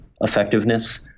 effectiveness